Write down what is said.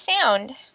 sound